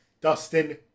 Dustin